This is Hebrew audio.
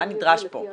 מה נדרש פה ספציפית.